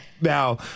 Now